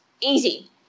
easy